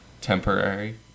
temporary